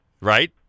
Right